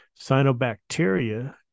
Cyanobacteria